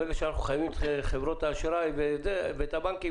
ברגע שאנחנו מחייבים את חברות האשראי ואת הבנקים,